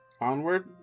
Onward